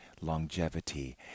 longevity